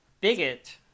Bigot